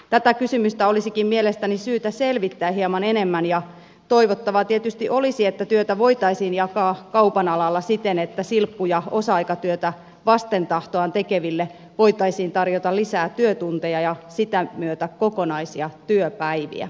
tätä kysymystä olisikin mielestäni syytä selvittää hieman enemmän ja toivottavaa tietysti olisi että työtä voitaisiin jakaa kaupan alalla siten että silppu ja osa aikatyötä vasten tahtoaan tekeville voitaisiin tarjota lisää työtunteja ja sitä myötä kokonaisia työpäiviä